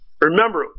Remember